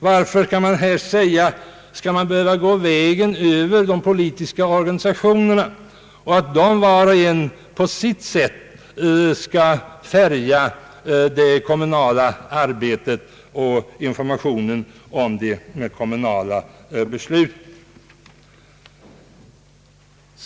Varför, kan man säga, skall man här behöva gå vägen över de politiska organisationerna så att de var och en på sitt sätt skall färga det kommunala arbetet och informationen om de kommunala besluten?